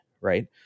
right